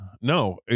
No